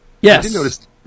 Yes